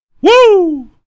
Woo